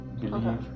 believe